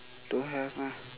don't have meh